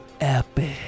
epic